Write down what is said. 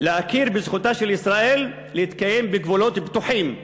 להכיר בזכותה של ישראל להתקיים בגבולות בטוחים,